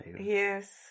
Yes